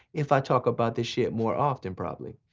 if i talk about this shit more often probably.